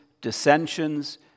dissensions